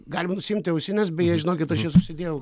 galim nusiimti ausines beje žinokit aš jas susidėjau